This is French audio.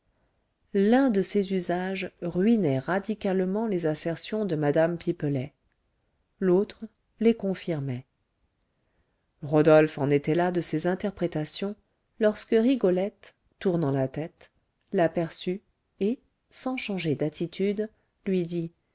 l'un de ces usages ruinait radicalement les assertions de mme pipelet l'autre les confirmait rodolphe en était là de ses interprétations lorsque rigolette tournant la tête l'aperçut et sans changer d'attitude lui dit